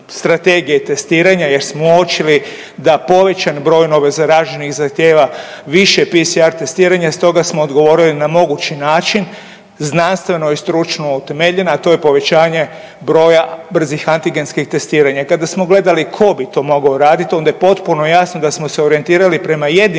strategije testiranja jer smo uočili da povećan broj novozaraženih zahtjeva više PCR testiranja, stoga smo odgovorili na mogući način znanstveno i stručno utemeljen, a to je povećanje broja brzih antigenskih testiranja i kada smo gledali tko bi to mogao uradit onda je potpuno jasno da smo se orijentirali prema jedinom